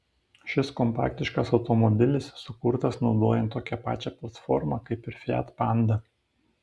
šis kompaktiškas automobilis sukurtas naudojant tokią pačią platformą kaip ir fiat panda